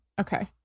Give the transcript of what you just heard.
Okay